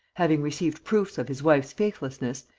having received proofs of his wife's faithlessness,